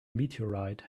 meteorite